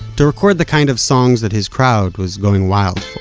to record the kind of songs that his crowd was going wild